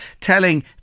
telling